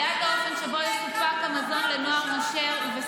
שרק מב"ר ואתגר.